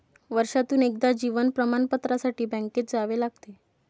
वर्षातून एकदा जीवन प्रमाणपत्रासाठी बँकेत जावे लागते